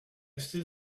still